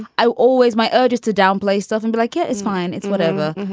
i always my urges to downplay stuff and be like, it is fine. it's whatever.